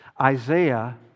Isaiah